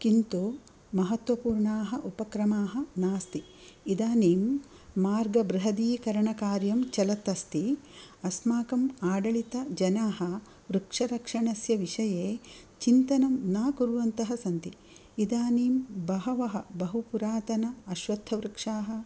किन्तु महत्त्वपूर्णाः उपक्रमाः नास्ति इदानीं मार्गबृहदीकरणकार्यं चलत् अस्ति अस्माकम् आढळितजनाः वृक्षरक्षणस्य विषये चिन्तनं न कुर्वन्तः सन्ति इदानीं बहवः बहु पुरातन अश्वत्थवृक्षाः